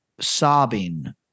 sobbing